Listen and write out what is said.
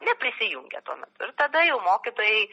neprisijungia tuomet ir tada jau mokytojai